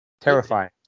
Terrifying